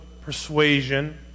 persuasion